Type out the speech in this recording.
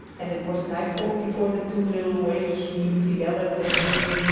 and it was nightfall before the two little waifs, with fidel at their heels,